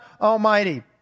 Almighty